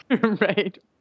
Right